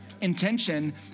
Intention